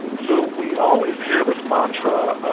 so we always hear this mantra